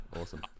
Awesome